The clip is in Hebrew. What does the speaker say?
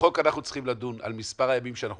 בחוק אנחנו צריכים לדון על מספר הימים שאנחנו